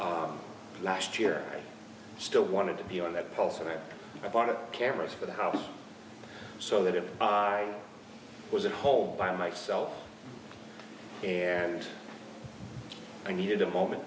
last year still wanted to be on that pulse and i bought a cameras for the house so that if i was at home by myself and i needed a moment